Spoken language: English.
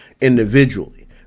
individually